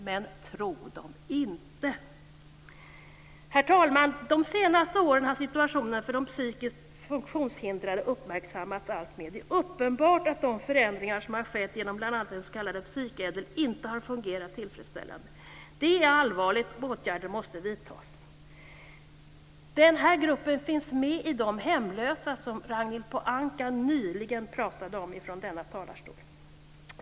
Men tro dem inte! Herr talman! De senaste åren har situationen för de psykiskt funktionshindrade uppmärksammats alltmer. Det är uppenbart att de förändringar som har skett genom bl.a. den s.k. psykädel inte har fungerat tillfredsställande. Det är allvarligt, och åtgärder måste därför vidtas. Den här gruppen finns med bland de hemlösa som Ragnhild Pohanka nyss talade om i talarstolen.